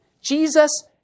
Jesus